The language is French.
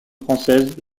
française